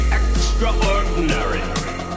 extraordinary